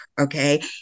okay